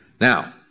Now